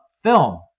film